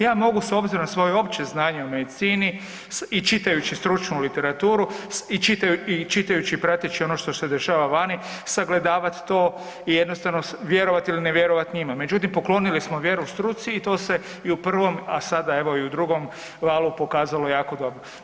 Ja mogu s obzirom na svoje opće znanje u medicini i čitajući stručnu literaturu i čitajući i prateći ono što se dešava vani, sagledavati to i jednostavno vjerovat ili ne vjerovat njima međutim poklonili smo vjeru struci i to se i u prvom a sada evo i u drugom valu pokazalo jako dobro.